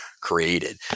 created